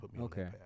Okay